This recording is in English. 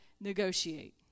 negotiate